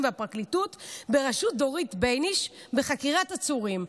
והפרקליטות בראשות דורית בייניש בחקירת עצורים,